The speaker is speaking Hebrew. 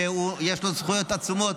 שיש לו זכויות עצומות.